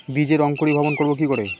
বীজের অঙ্কোরি ভবন করব কিকরে?